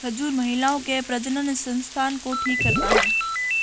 खजूर महिलाओं के प्रजननसंस्थान को ठीक करता है